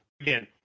again